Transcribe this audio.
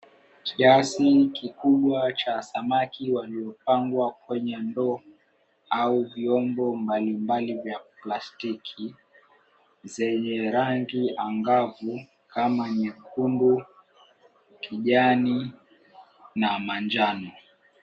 Kiasi kikubwa cha samaki waliopangwa kwenye ndoo au vyombo mbali mbali vya plastiki zenye rangi angavu kama nyekundu, kijani na manjano.